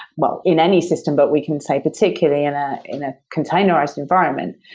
well, in any system, but we can say particularly and in a containerized environment,